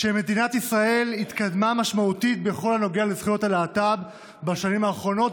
שמדינת ישראל התקדמה משמעותית בכל הנוגע לזכויות הלהט"ב בשנים האחרונות,